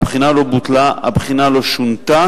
הבחינה לא בוטלה, הבחינה לא שונתה,